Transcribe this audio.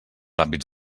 àmbits